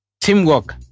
teamwork